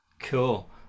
Cool